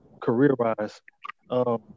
career-wise